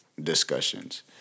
discussions